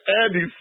Andy